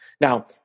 Now